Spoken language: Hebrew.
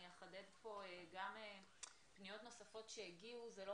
אני אחדד פה גם פניות נוספות שהגיעו זה לא